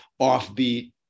offbeat